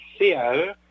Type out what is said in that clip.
CAE